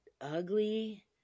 ugly